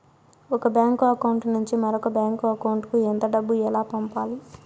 ఒక bank account నుంచి మరొక బ్యాంకు అకౌంట్ కు ఎంత డబ్బు ఎలా పంపాలి